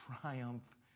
triumph